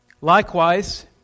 likewise